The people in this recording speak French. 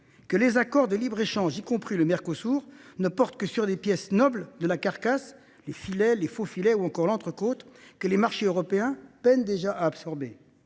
que les accords de libre échange, y compris le Mercosur, ne portent que sur des pièces nobles de la carcasse, les filets, les faux filets ou encore l’entrecôte, que les marchés européens peinent déjà à absorber.